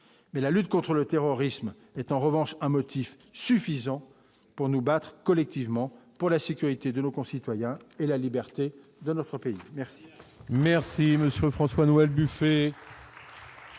mais la lutte contre le terrorisme est en revanche un motif suffisant pour nous battre collectivement pour la sécurité de nos concitoyens et la liberté de notre pays, merci.